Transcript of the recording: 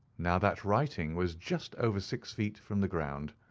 now that writing was just over six feet from the ground.